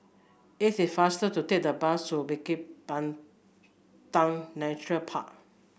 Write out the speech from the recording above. it is faster to take the bus to Bukit Nature Park